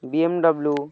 BMW